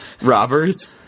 robbers